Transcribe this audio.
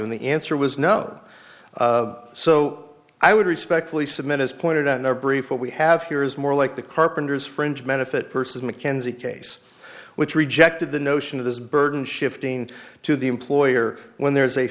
in the answer was no so i would respectfully submit as pointed out in our brief what we have here is more like the carpenter's fringe benefit purses mckenzie case which rejected the notion of this burden shifting to the employer when there is a